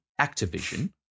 Activision